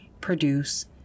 produce